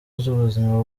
z’ubuzima